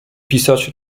pisać